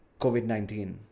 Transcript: COVID-19